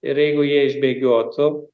ir jeigu jie išbėgiotų